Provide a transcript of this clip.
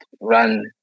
run